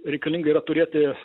reikalinga yra turėti